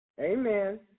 Amen